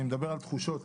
אני מדבר על תחושות,